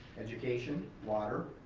education, water,